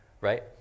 right